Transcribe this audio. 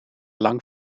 lang